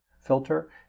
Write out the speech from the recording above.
filter